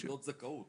יחידות זכאות.